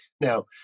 Now